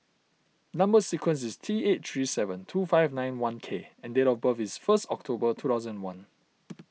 Number Sequence is T eight three seven two five nine one K and date of birth is first October two thousand one